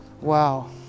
wow